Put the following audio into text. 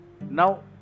now